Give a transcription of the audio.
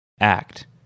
act